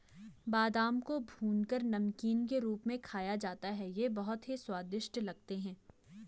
बादाम को भूनकर नमकीन के रूप में खाया जाता है ये बहुत ही स्वादिष्ट लगते हैं